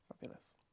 Fabulous